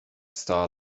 star